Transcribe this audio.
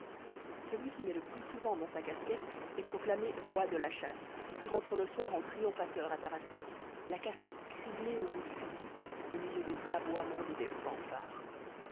celui qui met le plus souvent dans sa casquette est proclamé roi de la chasse et rentre le soir en triomphateur à tarascon la casquette criblée au bout du fusil au milieu des aboiements et des fanfares